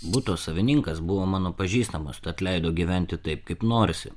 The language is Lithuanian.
buto savininkas buvo mano pažįstamas tad leido gyventi taip kaip norisi